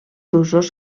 usos